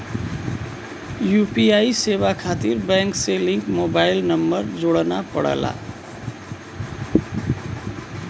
UPI सेवा खातिर bank से लिंक मोबाइल नंबर जोड़ना पड़ला